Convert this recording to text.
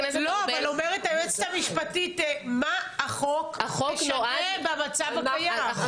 אבל אומרת היועצת המשפטית מה החוק משנה במצב הקיים.